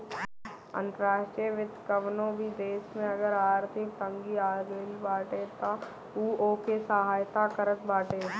अंतर्राष्ट्रीय वित्त कवनो भी देस में अगर आर्थिक तंगी आगईल बाटे तअ उ ओके सहायता करत बाटे